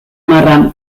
marra